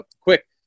quick